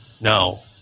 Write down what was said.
no